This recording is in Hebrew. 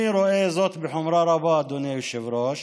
אני רואה זאת בחומרה רבה, אדוני היושב-ראש,